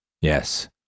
Yes